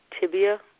tibia